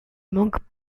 manquent